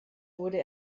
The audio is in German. wurde